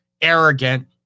arrogant